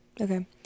Okay